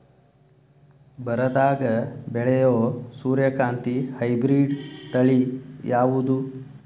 ಬರದಾಗ ಬೆಳೆಯೋ ಸೂರ್ಯಕಾಂತಿ ಹೈಬ್ರಿಡ್ ತಳಿ ಯಾವುದು?